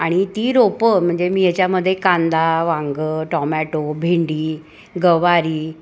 आणि ती रोपं म्हणजे मी याच्यामध्ये कांदा वांगं टोमॅटो भेंडी गवारी